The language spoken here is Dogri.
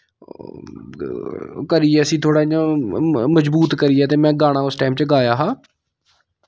करियै इस्सी थोह्ड़ा इ'यां मजबूत करियै ते में गाना उस टैम च गाया हा